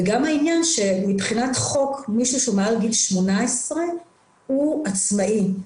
וגם העניין שמבחינת החוק מי שמעל גיל 18 הוא עצמאי.